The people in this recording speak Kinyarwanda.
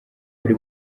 buri